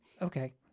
Okay